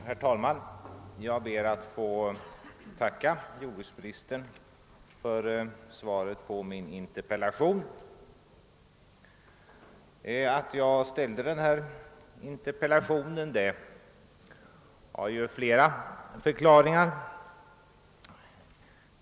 Herr talman! Jag ber att få tacka jordbruksministern för svaret på min interpellation. Att jag ställde denna interpellation har ju flera förklaringar.